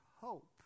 hope